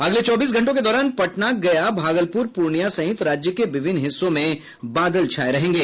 अगले चौबीस घंटों के दौरान पटना गया भागलपुर पूर्णिया सहित राज्य के विभिन्न हिस्सों में बादल छाये रहेंगे